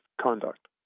conduct